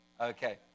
Okay